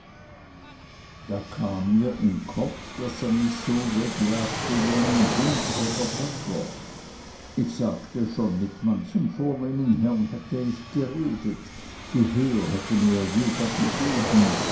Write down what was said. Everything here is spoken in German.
das kam mir in kopf daß er mich so wegjagte wie einen hund oder bettler ich sagte schon mit manchem vornehmen herrn hätte ich geredet gehör hätte mir jeder gegeben